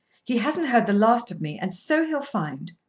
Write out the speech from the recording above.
he hasn't heard the last of me and so he'll find.